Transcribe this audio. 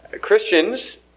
Christians